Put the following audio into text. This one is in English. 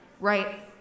Right